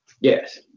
yes